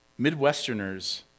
Midwesterners